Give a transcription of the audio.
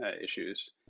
issues